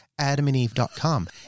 Adamandeve.com